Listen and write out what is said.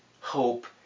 hope